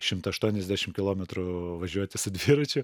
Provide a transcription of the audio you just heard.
šimtą aštuoniasdešim kilometrų važiuoti su dviračiu